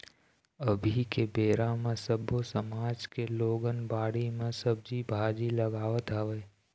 अभी के बेरा म सब्बो समाज के लोगन बाड़ी म सब्जी भाजी लगावत हवय